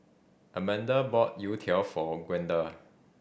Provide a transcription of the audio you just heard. Amanda bought Youtiao for Gwenda